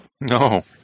No